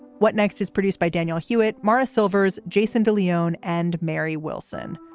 what next is produced by daniel hewitt. mara silvers, jason de leon and mary wilson.